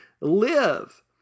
live